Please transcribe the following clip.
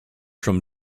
from